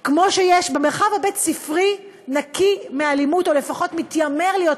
כמו שיש מרחב בית-ספרי נקי מאלימות,